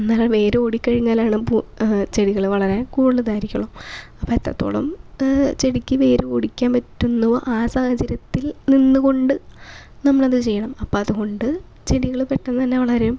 അന്നേരം വേരോടിക്കഴിഞ്ഞാലാണ് പ് ചെടികള് വളരാൻ കൂടുതൽ ഇതായിരിക്കുകയുള്ളു അപ്പോൾ എത്രത്തോളം ഏ ചെടിക്ക് വേരോടിക്കാൻ പറ്റുന്നുവോ ആ സാഹചര്യത്തിൽ നിന്നുകൊണ്ട് നമ്മളത് ചെയ്യണം അപ്പം അതുകൊണ്ട് ചെടികള് പെട്ടെന്ന് തന്നെ വളരും